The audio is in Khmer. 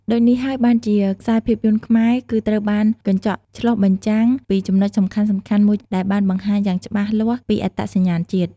ដូចនេះហើយបានជាខ្សែភាពយន្តខ្មែរគឺត្រូវបានកញ្ចក់ឆ្លុះបញ្ចាំងពីចំណុចសំខាន់ៗមួយដែលបានបង្ហាញយ៉ាងច្បាស់លាស់ពីអត្តសញ្ញាណជាតិ ។